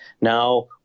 Now